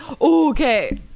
okay